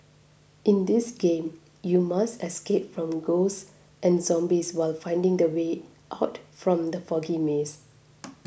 in this game you must escape from ghosts and zombies while finding the way out from the foggy maze